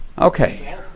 Okay